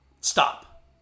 stop